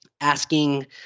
asking